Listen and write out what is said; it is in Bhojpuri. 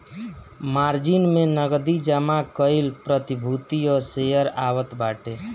मार्जिन में नगदी जमा कईल प्रतिभूति और शेयर आवत बाटे